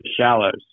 shallows